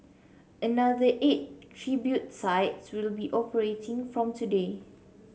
another eight tribute sites will be operating from today